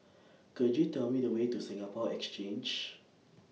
Could YOU Tell Me The Way to Singapore Exchange